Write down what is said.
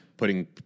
putting